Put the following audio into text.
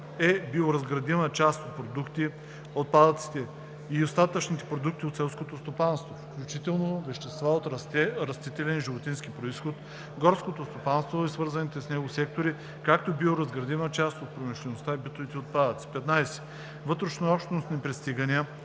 е биоразградимата част от продуктите, отпадъците и остатъчните продукти от селското стопанство, включително веществата от растителен и животински произход, горското стопанство и свързаните с него сектори, както и биоразградимата част от промишлените и битовите отпадъци. 15. „Вътрешнообщностни пристигания“